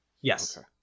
Yes